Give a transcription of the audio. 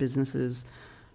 businesses